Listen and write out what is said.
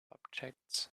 objects